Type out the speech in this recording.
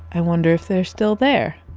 i wonder if they're still there.